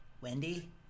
Wendy